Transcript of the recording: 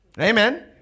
Amen